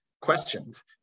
questions